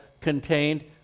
contained